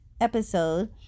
episode